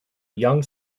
young